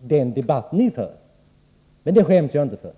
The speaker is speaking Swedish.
den debatt ni för, men det skäms jag inte för.